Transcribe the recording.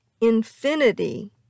Infinity